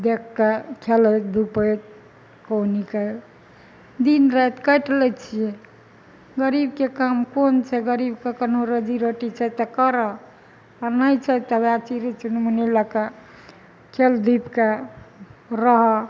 देखि कऽ खेलैत धुपैत केनाहुँके दिन राति काटि लै छियै गरीबके काम कोन छै गरीबके कोनो रोजी रोटी छै तऽ करऽ आओर नहि छै तऽ ओहे चिड़य चुनमुनी लए कऽ खेल धुपिके रहऽ